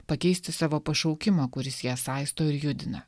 pakeisti savo pašaukimą kuris ją saisto ir judina